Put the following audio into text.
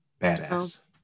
Badass